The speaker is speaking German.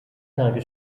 tage